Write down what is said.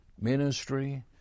ministry